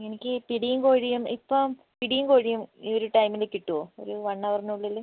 എനിക്ക് പിടിയും കോഴിയും ഇപ്പം പിടിയും കോഴിയും ഈ ഒര് ടൈമില് കിട്ടുവോ ഒരു വൺ അവറിനുള്ളില്